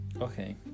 Okay